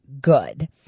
good